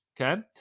okay